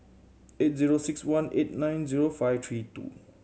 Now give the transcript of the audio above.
eight zero six one eight nine zero five three two